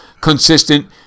consistent